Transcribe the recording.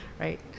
right